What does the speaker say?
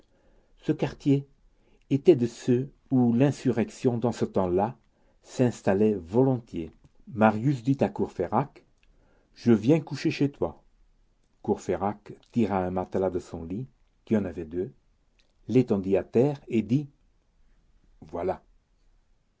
ce quartier était de ceux où l'insurrection dans ce temps-là s'installait volontiers marius dit à courfeyrac je viens coucher chez toi courfeyrac tira un matelas de son lit qui en avait deux l'étendit à terre et dit voilà